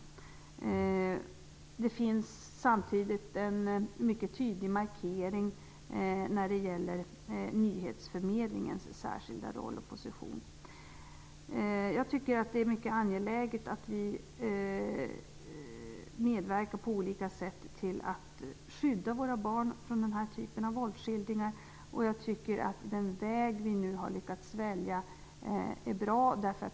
Samtidigt finns det en mycket tydlig markering när det gäller nyhetsförmedlingens särskilda roll och position. Jag tycker att det är mycket angeläget att vi på olika sätt medverkar till att skydda våra barn från den här typen av våldsskildringar. Jag tycker att den väg vi nu har lyckats välja är bra.